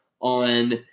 on